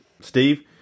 steve